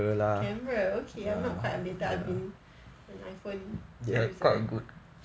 camera okay I'm not quite updated I've been an iphone user